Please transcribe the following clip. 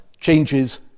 changes